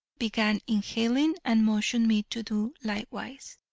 began inhaling and motioned me to do likewise.